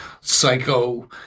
psycho